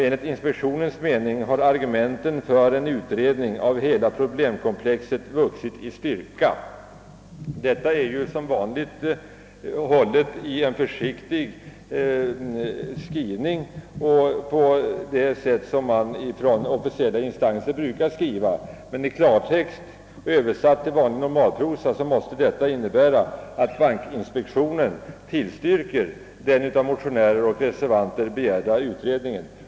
Enligt inspektionens uppfattning har argumenten för en utredning av hela problemkomplexet vuxit i styrka.» Detta uttalande är — som vanligt i sådana här sammanhang — försiktigt hållet och formulerat på det sätt som officiella instanser brukar skriva. Men översatt till vanlig normalprosa måste det innebära, att bankinspektionen tillstyrker den av motionärer och reservanter begärda utredningen.